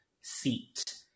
seat